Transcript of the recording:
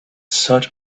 such